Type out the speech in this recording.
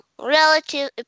relative